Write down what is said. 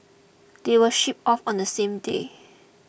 they were shipped off on the same day